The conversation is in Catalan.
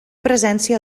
presència